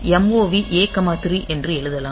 MOV A 3 என்று எழுதலாம்